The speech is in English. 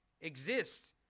exist